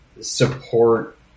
support